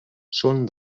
són